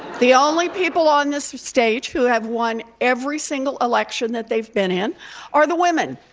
the only people on this stage who have won every single election that they've been in are the women,